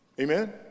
Amen